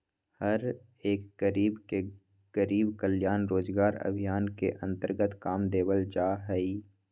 हर एक गरीब के गरीब कल्याण रोजगार अभियान के अन्तर्गत काम देवल जा हई